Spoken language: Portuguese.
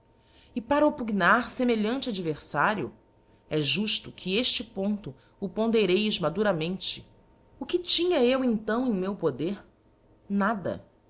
e para opgnar femelhante adverfario é jufto que efte ponto o ndereis maduramente o que tinha eu então em meu der nada